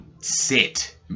sit